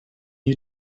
you